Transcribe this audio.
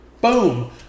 Boom